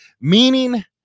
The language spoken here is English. meaning